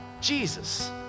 Jesus